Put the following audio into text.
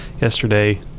yesterday